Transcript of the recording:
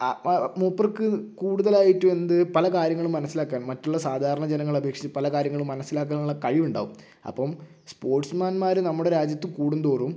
ആ ആ മൂപ്പർക്ക് കൂടുതലായിട്ടും എന്ത് പല കാര്യങ്ങളും മനസ്സിലാക്കാൻ മറ്റുള്ള സാധാരണ ജനങ്ങളെ അപേക്ഷിച്ച് പല കാര്യങ്ങളും മനസിലാക്കാനുള്ള കഴിവുണ്ടാകും അപ്പം സ്പോർട്സ് മേന്മാർ നമ്മുടെ രാജ്യത്ത് കൂടുന്തോറും